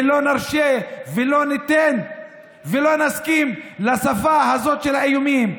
ולא נרשה ולא ניתן ולא נסכים לשפה הזאת של האיומים.